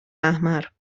احمر